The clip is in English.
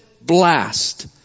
blast